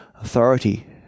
authority